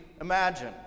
imagine